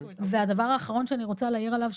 הדבר האחרון שאני רוצה להעיר עליו,